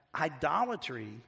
idolatry